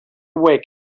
awaken